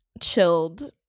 chilled